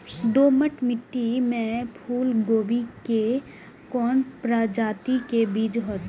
दोमट मिट्टी में फूल गोभी के कोन प्रजाति के बीज होयत?